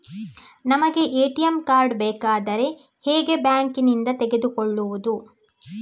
ನಮಗೆ ATM card ಬೇಕಾದ್ರೆ ಹೇಗೆ ಬ್ಯಾಂಕ್ ನಿಂದ ತೆಗೆದುಕೊಳ್ಳುವುದು?